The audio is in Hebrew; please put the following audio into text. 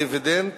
או מדיבידנד